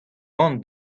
ran